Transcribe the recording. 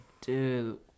dude